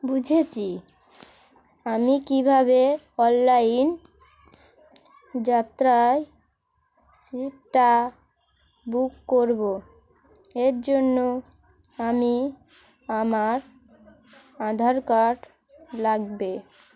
বুঝেছি আমি কীভাবে অনলাইন যাত্রায় সিটটা বুক করবো এর জন্য আমি আমার আধার কার্ড লাগবে